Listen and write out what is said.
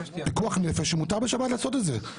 פיקוח נפש ומותר בשבת לעשות את זה.